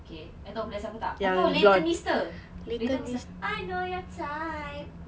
okay I tahu plus apa tak I tahu leighton meester leighton meester I know your type